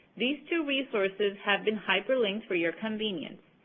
these two resources have been hyperlinked for your convenience.